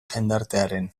jendartearen